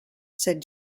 said